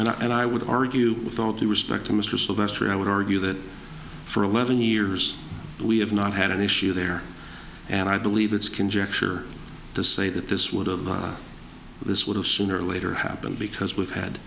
know and i would argue with all due respect to mr sylvester i would argue that for eleven years we have not had an issue there and i believe it's conjecture to say that this would of this would have sooner or later happened because we've had